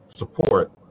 support